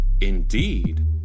Indeed